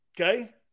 Okay